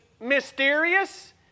mysterious